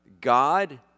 God